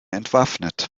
entwaffnet